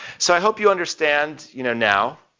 so i hope you understand, you know, now,